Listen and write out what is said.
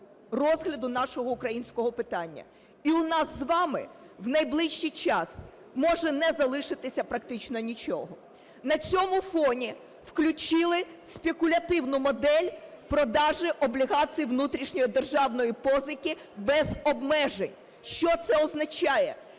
розгляду нашого українського питання. І у нас з вами в найближчий час може не залишитися практично нічого. На цьому фоні включили спекулятивну модель продажі облігацій внутрішньої державної позики без обмежень. Що це означає?